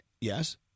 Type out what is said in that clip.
yes